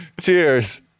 Cheers